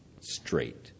straight